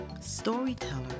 storyteller